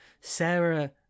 sarah